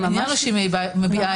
העניין שהיא מביעה את זה.